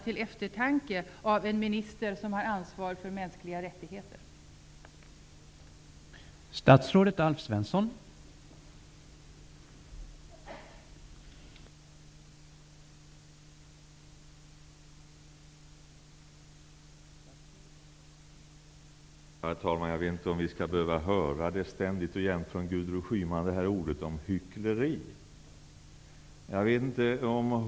Det borde mana en minister som har ansvar för mänskliga rättigheter till eftertanke.